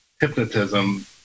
hypnotism